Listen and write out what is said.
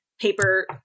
paper